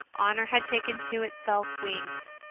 honour had taken to itself wings.